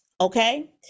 okay